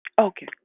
Okay